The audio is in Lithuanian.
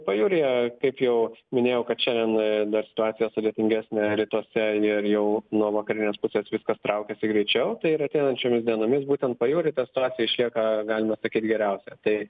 pajūryje kaip jau minėjau kad šiandien dar situacija sudėtingesnė rytuose ir jau nuo vakarinės pusės viskas traukiasi greičiau tai ir ateinančiomis dienomis būtent pajūry ta situacija išlieka galima sakyt geriausia tai